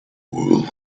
world